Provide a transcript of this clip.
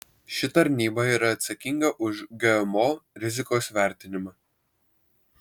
ši tarnyba yra atsakinga už gmo rizikos vertinimą